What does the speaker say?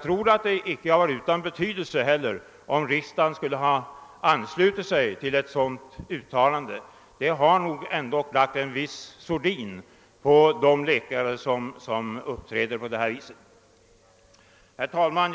sådant. Det hade helt säkert inte heller varit utan betydelse om riksdagen hade anslutit sig till ett dylikt uttalande. Det hade sannolikt lagt en viss sordin på de läkare som uppträder på detta sätt. Herr talman!